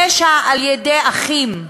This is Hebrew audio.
תשע על-ידי אחים,